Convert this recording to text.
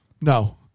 No